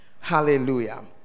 Hallelujah